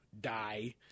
die